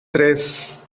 tres